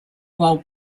while